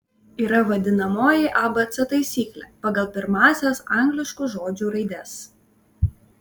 yra vadinamoji abc taisyklė pagal pirmąsias angliškų žodžių raides